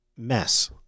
mess